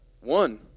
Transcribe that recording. one